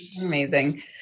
amazing